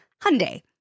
Hyundai